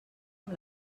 amb